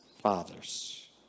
Fathers